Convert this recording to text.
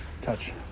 touch